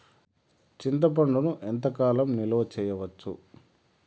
చింతపండును ఎంత కాలం నిలువ చేయవచ్చు?